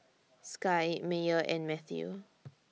Sky Meyer and Mathew